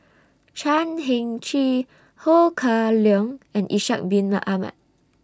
Chan Heng Chee Ho Kah Leong and Ishak Bin Ahmad